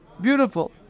Beautiful